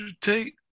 Take